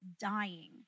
dying